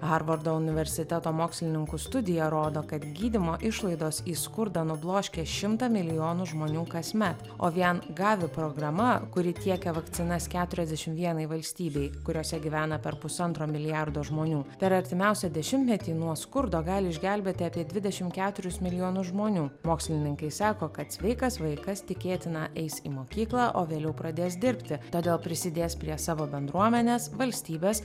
harvardo universiteto mokslininkų studija rodo kad gydymo išlaidos į skurdą nubloškia šimtą milijonų žmonių kasmet o vien gavi programa kuri tiekia vakcinas keturiasdešimt vienai valstybėje kuriose gyvena per pusantro milijardo žmonių per artimiausią dešimtmetį nuo skurdo gali išgelbėti apie dvidešimt keturis milijonus žmonių mokslininkai sako kad sveikas vaikas tikėtina eis į mokyklą o vėliau pradės dirbti todėl prisidės prie savo bendruomenės valstybės